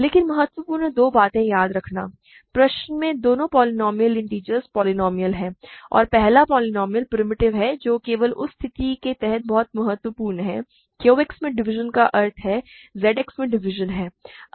लेकिन महत्वपूर्ण दो बातें याद रखना प्रश्न में दोनों पोलीनोमिअलस इन्टिजर पोलीनोमिअलस हैं और पहला पोलीनोमिअल प्रिमिटिव है जो केवल उस स्थिति के तहत बहुत महत्वपूर्ण है QX में डिवीज़न का अर्थ है Z X में डिवीज़न है